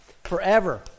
Forever